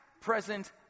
present